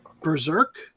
Berserk